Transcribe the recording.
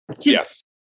Yes